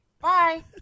Bye